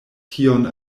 tion